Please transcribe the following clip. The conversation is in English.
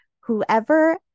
Whoever